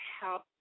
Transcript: help